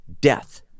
death